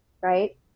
right